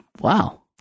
Wow